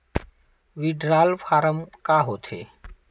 Withdrawal form का होथे?